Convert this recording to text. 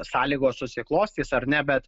sąlygos susiklostys ar ne bet